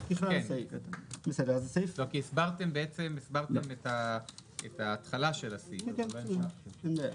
כי הסברתם את תחילת הסעיף ולא המשכתם.